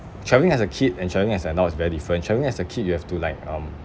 travelling as a kid and travelling as an adult is very different travelling as a kid you have to like um